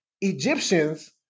Egyptians